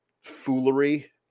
foolery